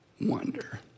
wonder